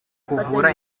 kuvura